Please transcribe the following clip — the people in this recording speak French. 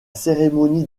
cérémonies